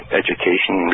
education